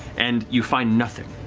and you find nothing,